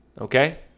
Okay